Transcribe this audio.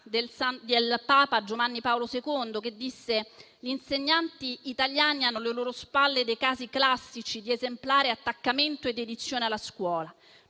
di papa Giovanni Paolo II, che disse che gli insegnanti italiani hanno alle loro spalle dei casi classici di esemplare attaccamento e dedizione alla scuola.